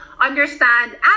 Understand